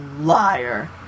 liar